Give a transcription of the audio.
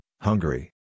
Hungary